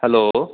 hello